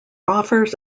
offers